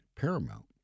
paramount